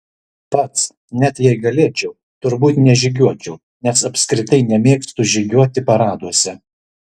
pats net jei galėčiau turbūt nežygiuočiau nes apskritai nemėgstu žygiuoti paraduose